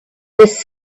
this